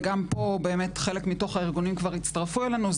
וגם פה חלק מתוך הארגונים כבר הצטרפו אלינו,